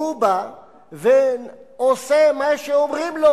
הוא בא ועושה מה שאומרים לו,